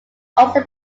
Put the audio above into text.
also